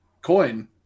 Coin